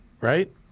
Right